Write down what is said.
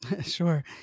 Sure